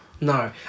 No